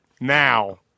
now